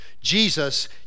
Jesus